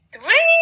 Three